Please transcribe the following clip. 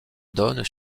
donne